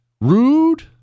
rude